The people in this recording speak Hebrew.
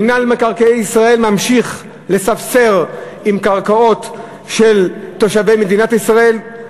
מינהל מקרקעי ישראל ממשיך לספסר בקרקעות של תושבי מדינת ישראל,